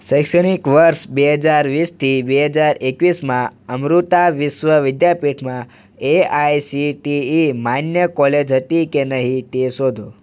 શૈક્ષણિક વર્ષ બે હજાર વીસથી બે હજાર એકવીસમાં અમૃતા વિશ્વ વિદ્યાપીઠમાં એઆઇસીટીઇ માન્ય કોલેજ હતી કે નહીં તે શોધો